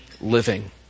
living